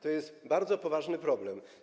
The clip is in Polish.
To jest bardzo poważny problem.